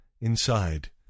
inside